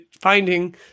finding